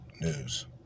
News